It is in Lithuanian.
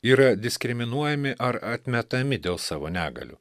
yra diskriminuojami ar atmetami dėl savo negalių